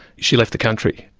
she left the country,